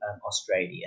Australia